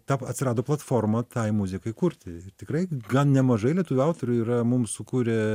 tap atsirado platforma tai muzikai kurti ir tikrai gan nemažai lietuvių autorių yra mums sukūrė